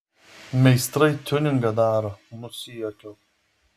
meistrai tiuningą daro nusijuokiau